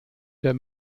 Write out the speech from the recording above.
der